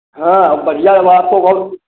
हाँ अब बढ़िया हुआ आपको